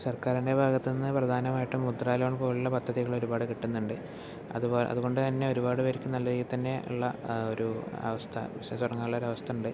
സർക്കാരിൻ്റെ ഭാഗത്ത് നിന്ന് പ്രധാനമായിട്ടും മുദ്ര ലോൺ പോലെയുള്ള പദ്ധതികൾ ഒരുപാട് കിട്ടുന്നുണ്ട് അതുപോലെ അതുകൊണ്ട് തന്നെ ഒരുപാട് പേർക്ക് നല്ല രീതിയിൽ തന്നെ ഉള്ള ഒരു അവസ്ഥ ബിസിനസ് തുടങ്ങാനുള്ള ഒരു അവസ്ഥ ഉണ്ട്